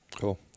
Cool